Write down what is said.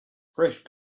fresh